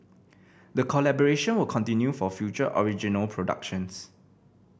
the collaboration will continue for future original productions